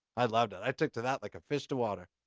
i loved it. i took to that like a fish to water.